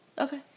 Okay